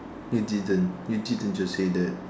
you didn't you didn't just say that